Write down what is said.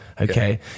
Okay